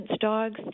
dogs